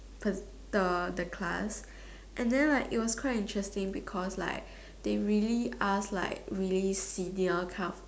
the the class and then like it was quite interesting because like they really ask like really silly kind of